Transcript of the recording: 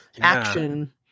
action